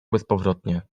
bezpowrotnie